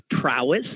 prowess